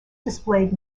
displayed